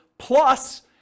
plus